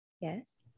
Yes